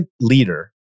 leader